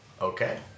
Okay